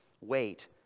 wait